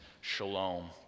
shalom